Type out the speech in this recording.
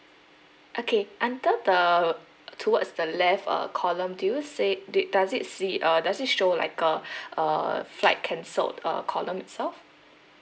okay under the towards the left uh column do you say did does it see uh does it show like uh uh flight cancelled uh column itself